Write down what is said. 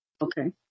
okay